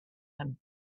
him